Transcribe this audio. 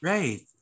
Right